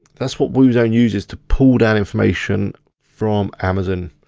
that's what woozone uses to pull that information from amazon,